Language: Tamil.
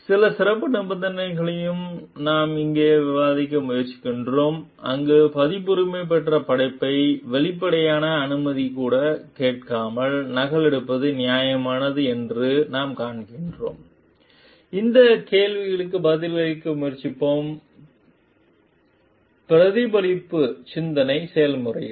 சில சிறப்பு நிபந்தனைகளையும் நாம் இங்கு விவாதிக்க முயற்சிக்கிறோம் அங்கு பதிப்புரிமை பெற்ற படைப்பை வெளிப்படையான அனுமதி கூட கேட்காமல் நகலெடுப்பது நியாயமானது என்று நாம் காண்கிறோம் இந்த கேள்விக்கு பதிலளிக்க முயற்சிப்போம் பிரதிபலிப்பு சிந்தனை செயல்முறையுடன்